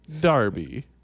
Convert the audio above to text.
Darby